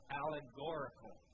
allegorical